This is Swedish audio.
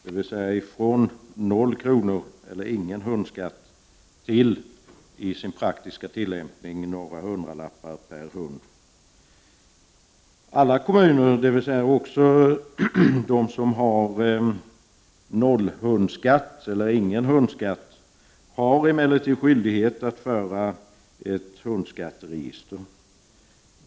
Man kan ta ut från noll kronor., dvs. ingen hundskatt, till, i den praktiska tillämpningen, några hundralappar per hund. Alla kommuner, dvs. också de som har nollhundskatt eller ingen hundskatt har emellertid skyldighet att föra ett hundskatteregister.